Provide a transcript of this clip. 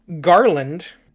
Garland